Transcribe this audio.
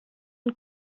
und